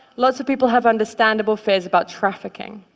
lots of people have understandable fears about trafficking.